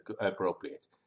appropriate